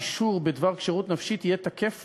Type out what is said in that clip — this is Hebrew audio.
אישור בדבר כשירות נפשית יהיה תקף